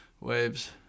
waves